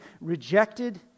rejected